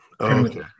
Okay